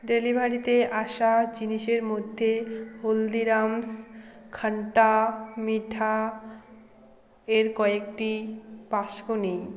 ডেলিভারিতে আসা জিনিসের মধ্যে হলদিরামস খাট্টা মিঠা এর কয়েকটি বাক্স নেই